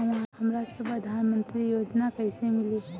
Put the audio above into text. हमरा के प्रधानमंत्री योजना कईसे मिली?